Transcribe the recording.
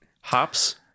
Hops